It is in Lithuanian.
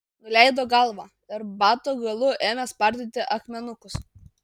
nuleido galvą ir bato galu ėmė spardyti akmenukus